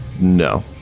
no